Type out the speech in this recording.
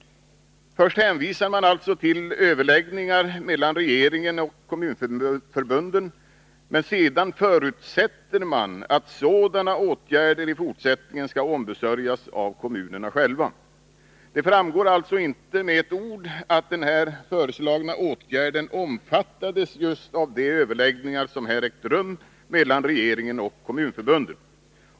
Först hänvisar man alltså till överläggningar mellan regeringen och kommunförbunden, men sedan förutsätter man att sådana åtgärder i fortsättningen skall ombesörjas av kommunerna själva. Det framgår inte med ett ord att den här föreslagna åtgärden omfattades av just de överläggningar som ägt rum mellan regeringen och kommunförbunden.